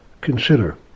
Consider